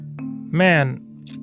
man